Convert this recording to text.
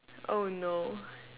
oh no